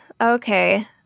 Okay